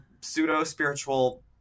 pseudo-spiritual